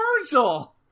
Virgil